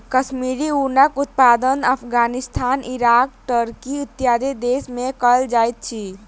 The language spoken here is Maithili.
कश्मीरी ऊनक उत्पादन अफ़ग़ानिस्तान, ईरान, टर्की, इत्यादि देश में कयल जाइत अछि